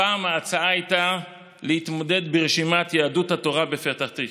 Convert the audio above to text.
הפעם ההצעה הייתה להתמודד ברשימת יהדות התורה בפתח תקווה.